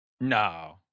No